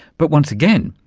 but, once again,